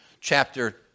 chapter